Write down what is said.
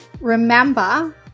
Remember